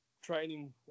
training